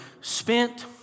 spent